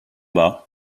bas